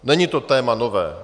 Není to téma nové.